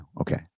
Okay